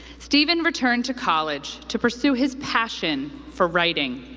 steven returned to college to pursue his passion for writing.